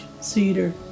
cedar